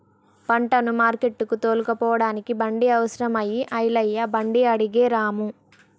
పంటను మార్కెట్టుకు తోలుకుపోడానికి బండి అవసరం అయి ఐలయ్య బండి అడిగే రాము